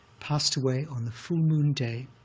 passed away on the full-moon day